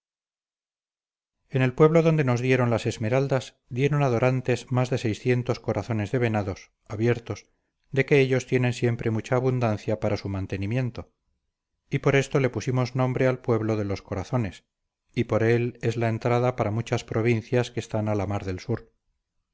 en el pueblo donde nos dieron las esmeraldas dieron a dorantes más de seiscientos corazones de venados abiertos de que ellos tienen siempre mucha abundancia para su mantenimiento y por esto le pusimos nombre al pueblo de los corazones y por él es la entrada para muchas provincias que están a la mar del sur